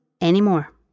anymore